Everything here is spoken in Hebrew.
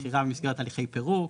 מכירה במסגרת הליכי פירוק,